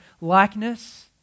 likeness